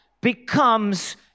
becomes